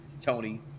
Tony